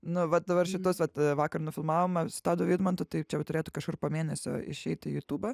nu vat dabar šituos vat vakar nufilmavom su tadu vidmantu tai čia turėtų kažkur po mėnesio išeit į jutubą